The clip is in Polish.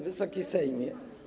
Wysoki Sejmie!